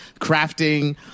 crafting